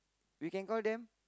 we can call them